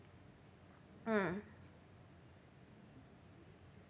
mm